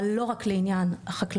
אבל לא רק לעניין החקלאות.